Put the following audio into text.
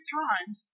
times